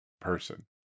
person